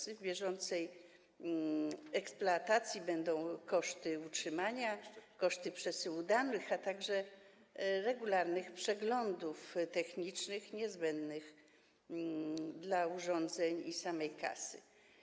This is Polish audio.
W kosztach bieżącej eksploatacji będą koszty utrzymania, koszty przesyłu danych, a także koszty regularnych przeglądów technicznych niezbędnych urządzeń i samej kasy.